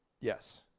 Yes